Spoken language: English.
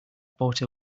bought